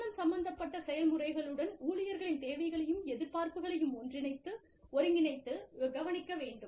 நிறுவனம் சம்பந்தப்பட்ட செயல்முறைகளுடன் ஊழியர்களின் தேவைகளையும் எதிர்பார்ப்புகளையும் ஒருங்கிணைத்து கவனிக்க வேண்டும்